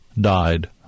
died